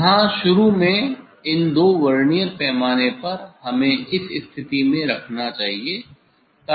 यहाँ शुरू में इन दो वर्नियर पैमाने पर हमें इस स्थिति में रखना चाहिए